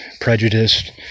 prejudiced